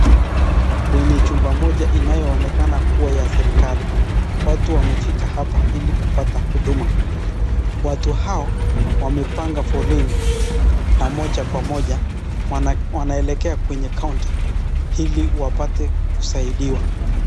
Kwenye chumba moja inayoonekana kuwa ya serikali, watu wamefika hapa ili kupata huduma. Watu hawa wamepanga foleni na moja kwa moja wanaelekea kwenye kaunta ili wapate kusaidiwa.